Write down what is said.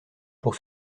pour